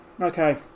Okay